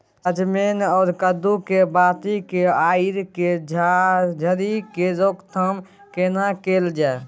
सजमैन आ कद्दू के बाती के सईर के झरि के रोकथाम केना कैल जाय?